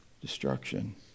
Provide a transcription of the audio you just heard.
destruction